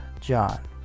john